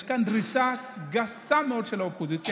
יש כאן דריסה גסה מאוד של האופוזיציה.